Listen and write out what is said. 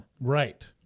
Right